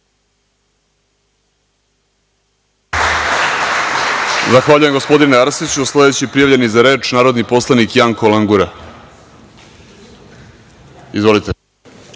Zahvaljujem, gospodine Arsiću. Sledeći prijavljeni za reč je narodni poslanik Janko Langura. Izvolite.